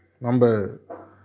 Number